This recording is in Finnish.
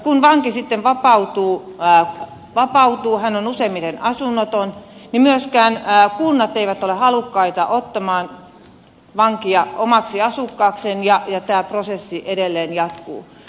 kun vanki sitten vapautuu hän on useimmiten asunnoton jolloin myöskään kunnat eivät ole halukkaita ottamaan vankia omaksi asukkaakseen ja tämä prosessi edelleen jatkuu